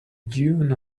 dune